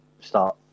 start